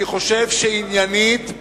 אני חושב שעניינית,